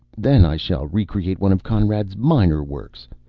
then i shall re-create one of conrad's minor works.